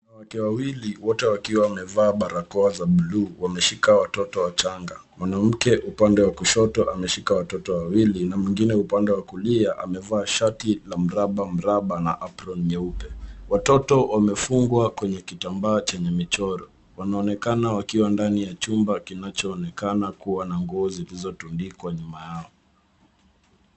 Wanawake wawili wote wakiwa wamevaa barakoa za bluu, wameshika watoto wachanga. Mwanamke upande wa kushoto ameshika watoto wawili na mwingine upande wa kulia, amevaa shati la mraba mraba na apron nyeupe. Watoto wamefungwa kwenye kitambaa chenye michoro. Wanaonekana wakiwa ndani ya chumba kinachoonekana kuwa na nguo zilizotundikwa nyuma yao.